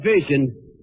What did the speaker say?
vision